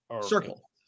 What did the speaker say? circle